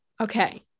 Okay